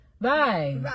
Bye